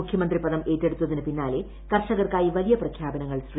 മുഖ്യമന്ത്രി പദം ഏറ്റെടുത്തതിന് പിന്നാലെ കർഷകർക്കായി വലിയ പ്രഖ്യാപനങ്ങൾ ശ്രീ